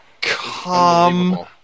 Come